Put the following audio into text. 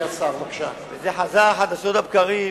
וזה חזר חדשות לבקרים